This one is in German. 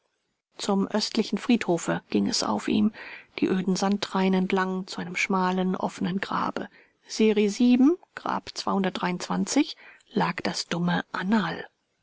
zum östlichen friedhofe ging es auf ihm die öden sandreihen entlang zu einem schmalen offenen grabe serie sieben grab zweihundertdreiundzwanzig lag das dumme annerl